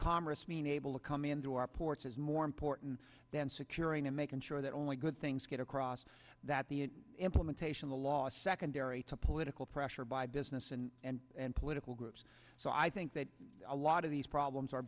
congress mean able to come into our ports is more important than securing and making sure that only good things get across that the implementation of the law secondary to political pressure by business and political groups so i think that a lot of these problems are